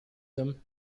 them